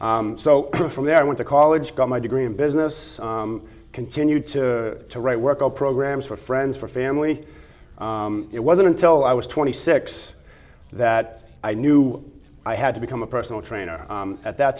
so from there i went to college got my degree in business continued to write work all programs for friends for family it wasn't until i was twenty six that i knew i had to become a personal trainer at that